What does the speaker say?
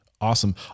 Awesome